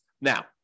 Now